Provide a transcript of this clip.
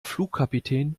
flugkapitän